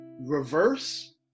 reverse